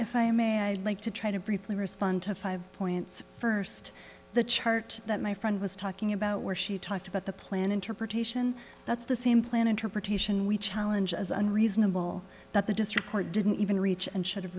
if i may i'd like to try to briefly respond to five points first the chart that my friend was talking about where she talked about the plan interpretation that's the same plan interpretation we challenge as unreasonable that the district court didn't even reach and should have